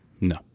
no